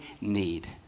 need